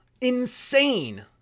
insane